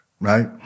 Right